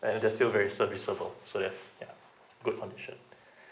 and and they still very serviceable so yeah yeah good condition